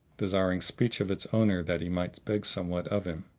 desiring speech of its owner that he might beg somewhat of him.